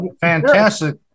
Fantastic